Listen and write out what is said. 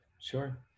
sure